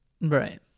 Right